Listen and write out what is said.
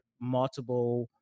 multiple